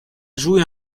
joué